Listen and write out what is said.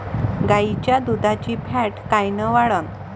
गाईच्या दुधाची फॅट कायन वाढन?